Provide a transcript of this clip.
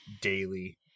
daily